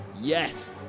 yes